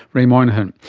ray moynihan.